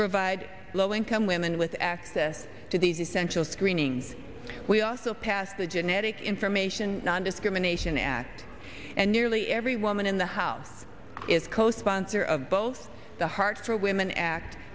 provide low income women with access to these essential screening we also passed the genetic information nondiscrimination act and nearly every woman in the house is co sponsor of both the heart for women act